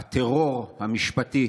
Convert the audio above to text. הטרור המשפטי